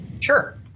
Sure